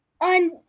on